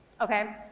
Okay